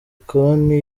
konti